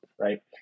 right